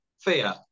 Fear